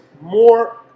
more